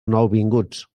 nouvinguts